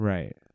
Right